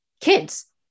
kids